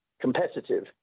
competitive